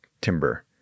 timber